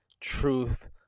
truth